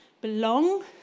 belong